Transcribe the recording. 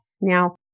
Now